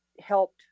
helped